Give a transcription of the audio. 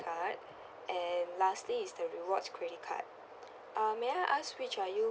card and lastly is the rewards credit card uh may I ask which are you